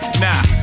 Nah